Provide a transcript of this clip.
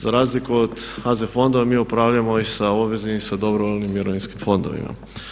Za razliku od AZ fondova mi upravljamo i sa obveznim i sa dobrovoljnim mirovinskim fondovima.